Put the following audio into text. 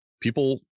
people